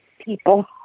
people